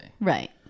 Right